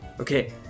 Okay